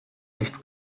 nichts